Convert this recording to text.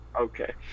Okay